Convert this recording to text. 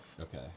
Okay